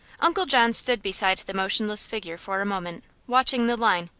uncle john stood beside the motionless figure for a moment, watching the line.